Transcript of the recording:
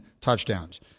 touchdowns